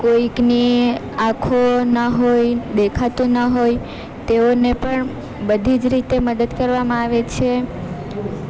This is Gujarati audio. કોઈકની આંખો ના હોય દેખાતું ના હોય તેઓને પણ બધી જ રીતે મદદ કરવામાં આવે છે